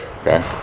okay